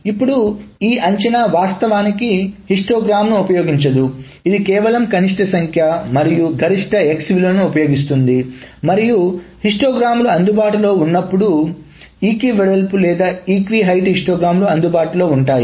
ఇప్పుడు ఈ అంచనా వాస్తవానికి హిస్టోగ్రామ్ను ఉపయోగించదు ఇది కేవలం కనిష్ట మరియు గరిష్ట x విలువలను ఉపయోగిస్తుంది మరియు హిస్టోగ్రామ్లు అందుబాటులో ఉన్నప్పుడు ఈక్వి వెడల్పు లేదా ఈక్వి హైట్ హిస్టోగ్రామ్లు అందుబాటులో ఉంటాయి